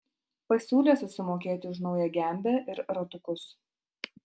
pasiūlė susimokėti už naują gembę ir ratukus